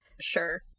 Sure